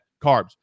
carbs